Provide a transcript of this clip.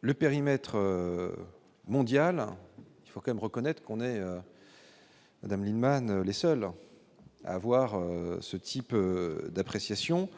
le périmètre mondial, il faut quand même reconnaître qu'on est Madame Lienemann, les seuls à avoir ce type d'appréciation